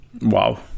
Wow